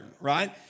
right